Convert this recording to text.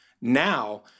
now